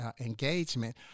engagement